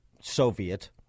soviet